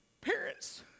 Parents